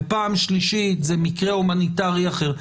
ופעם שלישית זה מקרה הומניטרי אחר.